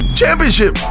championship